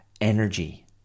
energy